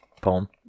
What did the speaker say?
poem